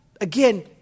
Again